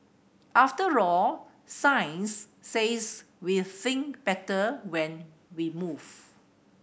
after all science says we think better when we move